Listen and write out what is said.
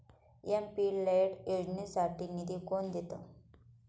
MP LAD योजनेसाठी निधी कोण देतं?